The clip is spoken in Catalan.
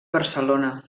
barcelona